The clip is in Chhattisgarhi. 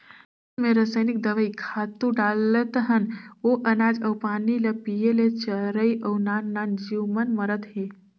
खेत मे रसइनिक दवई, खातू डालत हन ओ अनाज अउ पानी ल पिये ले चरई अउ नान नान जीव मन मरत हे